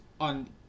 on